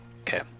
Okay